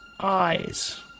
eyes